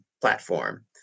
platform